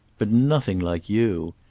but nothing like you.